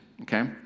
Okay